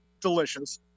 delicious